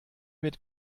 mit